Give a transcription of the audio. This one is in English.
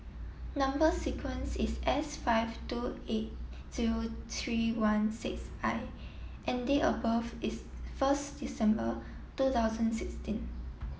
number sequence is S five two eight zero three one six I and date of birth is first December two thousand sixteen